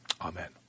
amen